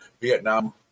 vietnam